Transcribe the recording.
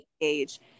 engage